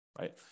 right